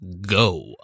go